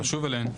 אשמח לשוב אליהן.